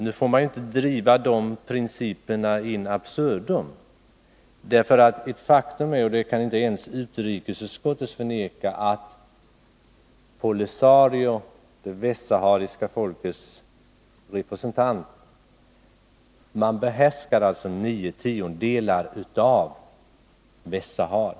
Nu får man inte driva de principerna in absurdum. Ett faktum är — det kan inte ens utrikesutskottet förneka — att POLISARIO, som företräder det västsahariska folket, behärskar nio tiondelar av Västsahara.